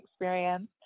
experience